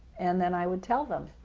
and then i would tell them,